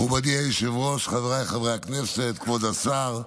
מכובדי היושב-ראש, חבריי חברי הכנסת, כבוד השר,